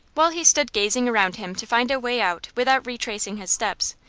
while he stood gazing around him to find a way out without retracing his steps,